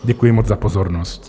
Děkuji moc za pozornost.